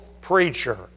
preacher